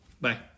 Bye